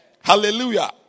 Hallelujah